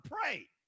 pray